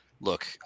look